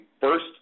first